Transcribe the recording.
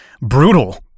brutal